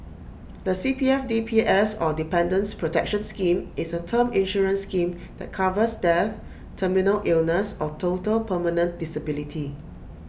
the C P F D P S or Dependants' protection scheme is A term insurance scheme that covers death terminal illness or total permanent disability